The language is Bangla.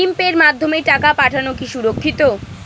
ভিম পের মাধ্যমে টাকা পাঠানো কি সুরক্ষিত?